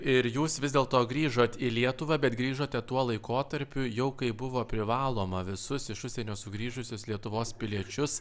ir jūs vis dėlto grįžot į lietuvą bet grįžote tuo laikotarpiu jau kai buvo privaloma visus iš užsienio sugrįžusius lietuvos piliečius